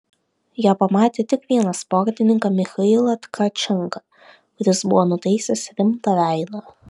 jie pamatė tik vieną sportininką michailą tkačenką kuris buvo nutaisęs rimtą veidą